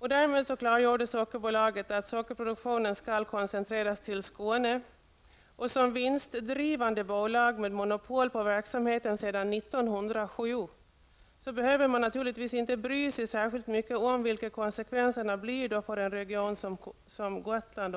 Därmed klargjorde Sockerbolaget att sockerproduktionen skall koncentreras till Skåne, och som vinstdrivande bolag med monopol på verksamheten sedan 1907 behöver man naturligtvis inte bry sig särskilt mycket om vilka konsekvenserna blir för en region som Gotland.